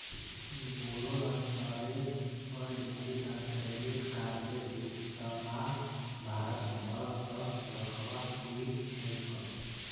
बोरो स्तरेर पर डेबिट आर क्रेडिट कार्डेर इस्तमाल भारत भर त दखवा मिल छेक